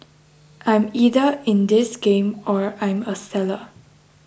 I'm either in this game or I'm a seller